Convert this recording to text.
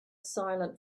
silent